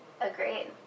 Agreed